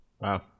Wow